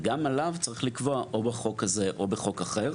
וגם עליו צריך לקבוע או בחוק הזה או בחוק אחר,